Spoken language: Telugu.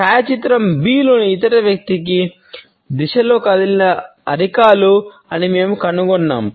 ఛాయాచిత్రం B లో ఇతర వ్యక్తి దిశలో కదిలిన అరికాలు అని మేము కనుగొన్నాము